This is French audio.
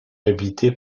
habitées